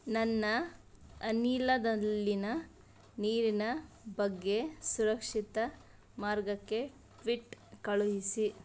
ನನ್ನ ಅನಿಲದಲ್ಲಿನ ನೀರಿನ ಬಗ್ಗೆ ಸುರಕ್ಷಿತ ಮಾರ್ಗಕ್ಕೆ ಟ್ವಿಟ್ ಕಳುಹಿಸಿ